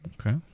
Okay